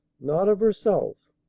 not of herself.